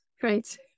great